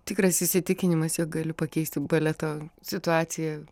tikras įsitikinimas jog galiu pakeisti baleto situaciją